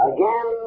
Again